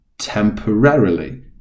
temporarily